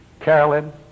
Carolyn